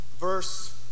verse